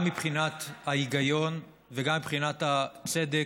גם מבחינת ההיגיון וגם מבחינת הצדק,